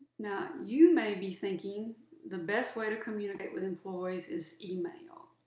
now, you may be thinking the best way to communicate with employees is email.